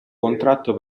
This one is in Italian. contratto